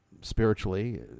spiritually